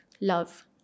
love